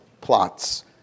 plots